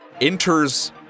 enters